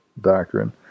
doctrine